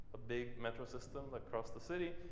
a big metro system across the city,